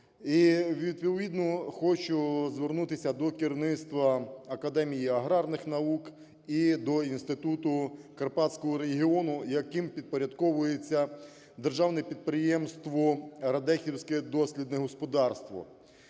відповідно хочу звернутися до керівництва Академії аграрних наук і до Інституту Карпатського регіону, яким підпорядковується державне підприємство "Радехівське" дослідне господарство.